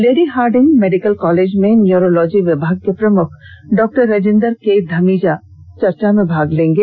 lady Hardinge Medical College में neurology विभाग के प्रमुख डॉ राजिंदर के धमीजा चर्चा में भाग लेंगे